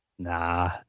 Nah